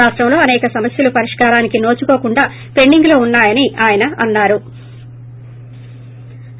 రాష్టంలో అసేక సమస్యలు పరిష్కారానికి నోచుకోకుండా పెండింగ్ లో ఉన్నా యని ఆయన అన్నారు